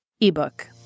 ebook